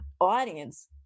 audience